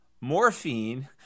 morphine